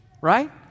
Right